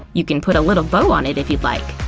you can put a little bow on it if you'd like.